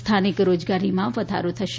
સ્થાનિક રોજગારીમાં વધારો થશે